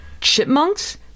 Chipmunks